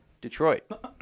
Detroit